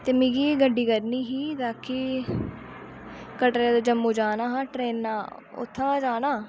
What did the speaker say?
ते मिगी गड्डी करनी ही ताकि कटरे दा जम्मू जाना हा ट्रेना उत्थां जाना